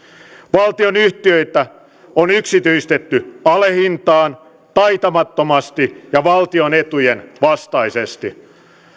valtionyhtiöitä on yksityistetty alehintaan taitamattomasti ja valtion etujen vastaisesti